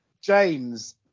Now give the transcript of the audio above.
James